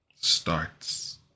starts